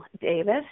Davis